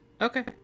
Okay